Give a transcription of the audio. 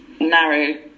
narrow